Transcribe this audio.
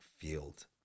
field